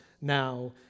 now